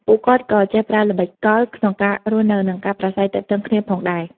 ពួកគាត់ក៏ចេះប្រើល្បិចកលក្នុងការរស់នៅ និងការប្រាស្រ័យទាក់ទងគ្នាទៀតផង។